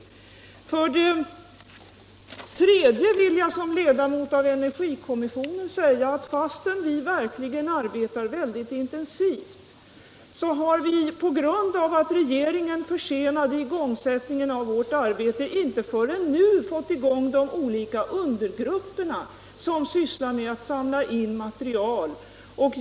— vatten från För det tredje vill jag såsom ledamot av energikommissionen säga stärkelsefabriker att vi, fastän vi verkligen arbetar intensivt, på grund av att regeringen försenade igångsättningen av vårt arbete inte förrän nu har fått i gång de olika undergrupper som sysslar med att samla in material.